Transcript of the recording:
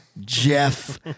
Jeff